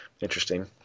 Interesting